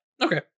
Okay